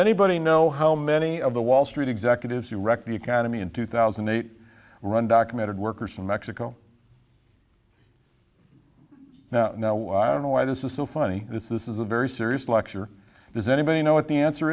anybody know how many of the wall street executives who wrecked the economy in two thousand and eight run documented workers in mexico now no i don't know why this is so funny this is a very serious lecture does anybody know what the answer